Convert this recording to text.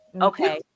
Okay